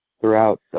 throughout